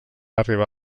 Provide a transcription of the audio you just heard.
arribar